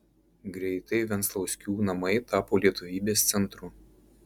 greitai venclauskių namai tapo lietuvybės centru